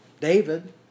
David